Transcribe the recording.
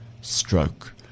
stroke